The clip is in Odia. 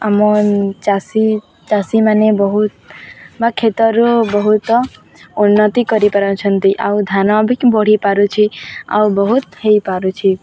ଆମ ଚାଷୀ ଚାଷୀମାନେ ବହୁତ ବା କ୍ଷେତରୁ ବହୁତ ଉନ୍ନତି କରିପାରୁଛନ୍ତି ଆଉ ଧାନ ବି ବଢ଼ି ପାରୁଛି ଆଉ ବହୁତ ହୋଇପାରୁଛି